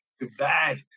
goodbye